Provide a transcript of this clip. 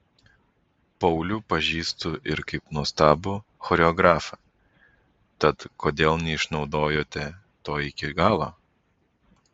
paulių pažįstu ir kaip nuostabų choreografą tad kodėl neišnaudojote to iki galo